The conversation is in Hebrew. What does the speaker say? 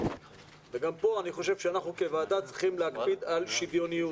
גם פה אני חושב שאנחנו כוועדה צריכים להקפיד על שוויוניות.